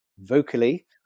vocally